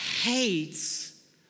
hates